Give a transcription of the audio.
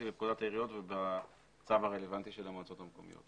לפקודת העיריות ובצו הרלוונטי של המועצות המקומיות.